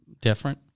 Different